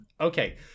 Okay